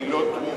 היא לא תרומה,